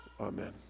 amen